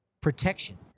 protection